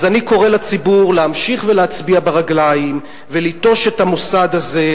אז אני קורא לציבור להמשיך ולהצביע ברגליים ולנטוש את המוסד הזה,